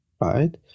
right